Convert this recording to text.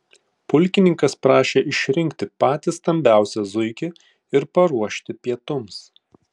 pulkininkas prašė išrinkti patį stambiausią zuikį ir paruošti pietums